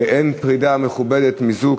ואין פרידה מכובדת מזו,